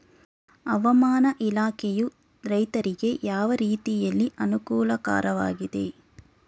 ಹವಾಮಾನ ಇಲಾಖೆಯು ರೈತರಿಗೆ ಯಾವ ರೀತಿಯಲ್ಲಿ ಅನುಕೂಲಕರವಾಗಿದೆ?